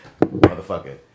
Motherfucker